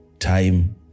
time